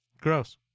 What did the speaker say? Gross